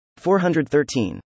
413